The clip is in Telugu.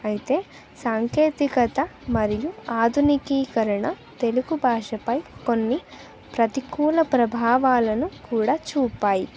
అయితే సాంకేతికత మరియు ఆధునికీకరణ తెలుగు భాషపై కొన్ని ప్రతికూల ప్రభావాలను కూడా చూపాయి